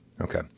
Okay